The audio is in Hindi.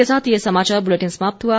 इसी के साथ ये समाचार बुलेटिन समाप्त हुआ